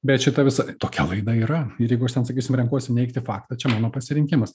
bet šita visa tokia laida yra ir jeigu aš ten sakysim renkuosi neigti faktą čia mano pasirinkimas